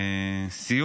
סדרנים יקרים,